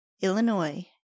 Illinois